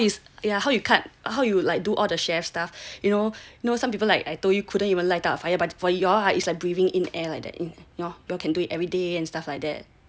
like how you yeah how you cut how you like do all the chef's stuff you know know some people like I told you couldn't even light up fire but for your ah it's like breathing in air like that ya you can do it every day and stuff like that